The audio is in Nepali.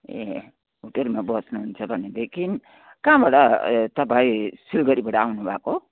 ए होटेलमा बस्नुहुन्छ भनेदेखि कहाँबाट ए तपाईँ सिलगढीबाट आउनु भएको